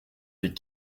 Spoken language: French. des